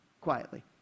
quietly